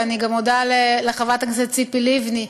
ואני מודה גם לחברת הכנסת ציפי לבני,